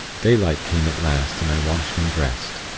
daylight came at last, and i washed and dressed.